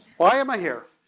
why am i here?